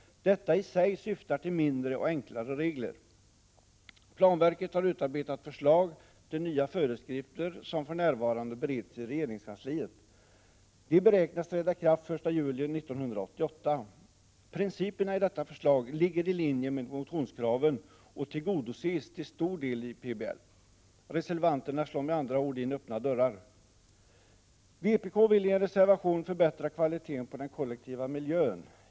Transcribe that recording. Detta i sig syftar till färre och enklare regler. Planverket har utarbetat förslag till nya föreskrifter som för närvarande bereds i regeringskansliet. De beräknas träda i kraft den 1 juli 1988. Principerna i detta förslag ligger i linje med motionskraven och tillgodoses till stor del i PBL. Reservanterna slår med andra ord in öppna dörrar. Vpk vill i en reservation förbättra kvaliteten på den kollektiva miljön.